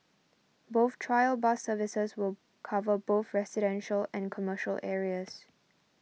both trial bus services will cover both residential and commercial areas